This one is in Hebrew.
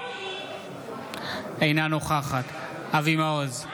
אינה נוכחת אבי מעוז,